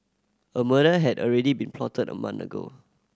a murder had already been plotted a month ago